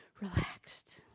relaxed